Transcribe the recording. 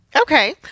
Okay